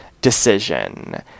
decision